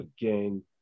again